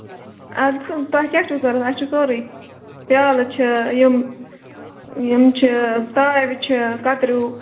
اَدٕ سا تۄہہِ کیٛاہ چھُوضروٗرت اَسہِ چھُ سورُے پیٛالہٕ چھِ یِم یِم چھِ تاوِ چھِ کَتریو